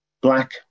black